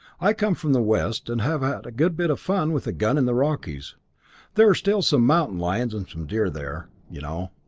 i come from the west, and have had a good bit of fun with a gun in the rockies there are still some mountain lions and some deer there, you know.